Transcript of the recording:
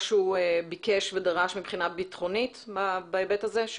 שהוא ביקש ודרש מבחינה ביטחונית בהיבט הזה?